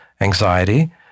anxiety